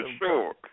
sure